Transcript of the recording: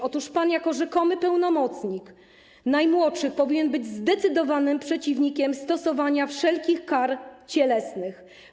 Otóż pan jako rzekomy pełnomocnik najmłodszych powinien być zdecydowanym przeciwnikiem stosowania wszelkich kar cielesnych.